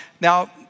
now